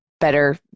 better